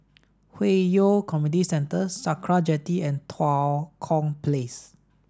Hwi Yoh Community Centre Sakra Jetty and Tua Kong Place